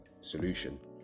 solution